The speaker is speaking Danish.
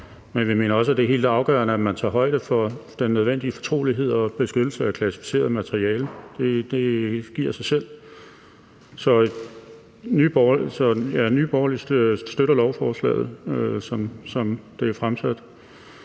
men vi mener også, at det er helt afgørende, at man tager højde for den nødvendige fortrolighed og beskyttelse af klassificeret materiale. Det giver sig selv. Så Nye Borgerlige støtter lovforslaget, som det er fremsat,